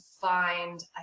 find